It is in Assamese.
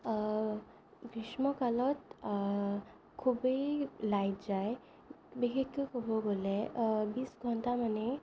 গ্ৰীষ্মকালত খুবেই লাইট যায় বিশেষকৈ ক'ব গলে বিছ ঘণ্টা মানেই